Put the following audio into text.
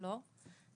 לא.